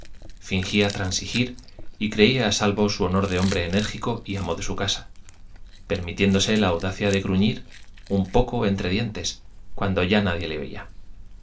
fingía transigir y creía a salvo su honor de hombre enérgico y amo de su casa permitiéndose la audacia de gruñir un poco entre dientes cuando ya nadie le oía